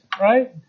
right